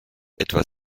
etwa